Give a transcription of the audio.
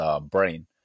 brain